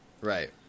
Right